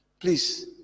Please